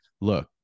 look